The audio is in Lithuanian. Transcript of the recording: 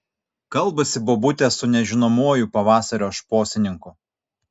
kalbasi bobutė su nežinomuoju pavasario šposininku